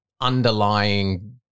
underlying